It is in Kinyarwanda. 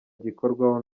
gikorwa